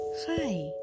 Hi